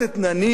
מילא,